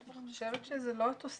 אני חושבת שזה לא אוטוסטרדה,